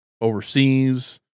overseas